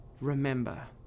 Remember